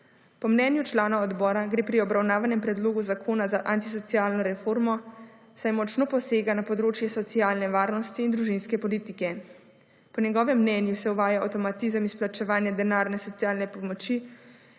Po mnenju članov odbora gre pri obravnavanem predlogu zakona za antisocialno reformo, saj močno posega na področje socialne varnosti in družinske politike. Po njegovem mnenju se uvaja avtomatizem izplačevanja denarne socialne pomoči